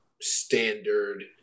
standard